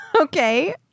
okay